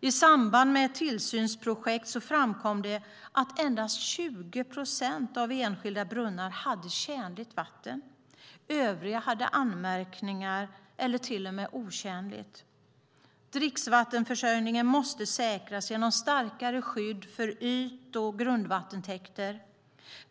I samband med ett tillsynsprojekt framkom det att endast 20 procent av de enskilda brunnarna hade tjänligt vatten. Övriga brunnar hade anmärkningar eller hade till och med otjänligt vatten. Dricksvattenförsörjningen måste säkras genom starkare skydd för yt och grundvattentäkter.